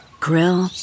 grill